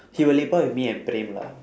he will lepak with me and praem lah